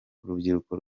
urubyiruko